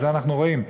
את זה אנחנו רואים.